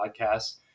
podcasts